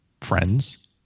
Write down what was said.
friends